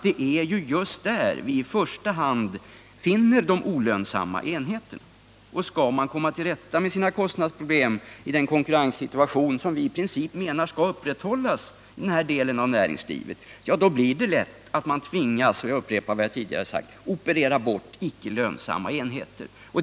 Det är just där vi i första hand finner de olönsamma enheterna. Skall man komma till rätta med sina kostnadsproblem i den konkurrenssituation som råder och som vi i princip menar skall upprätthållas i den här delen av näringslivet, tvingas man som sagt lätt operera bort icke lönsamma enheter.